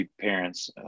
parents